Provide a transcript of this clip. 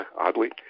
oddly